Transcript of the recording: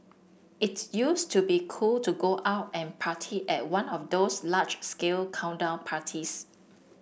its used to be cool to go out and party at one of those large scale countdown parties